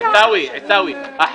--- עבד אל חכים חאג' יחיא (הרשימה המשותפת): עיסאווי,